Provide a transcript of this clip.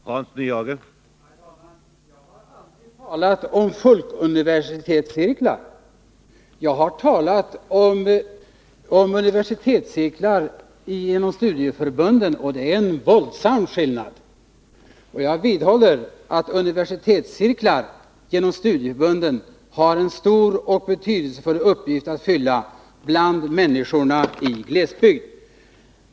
Herr talman! Jåg har aldrig talat om folkuniversitetscirklar. Jag har talat om universitetscirklar genom studieförbunden, och det är en våldsam skillnad. Jag vidhåller att universitetscirklar genom studieförbunden har en stor och betydelsefull uppgift att fylla bland människorna i glesbygd.